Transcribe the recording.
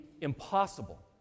impossible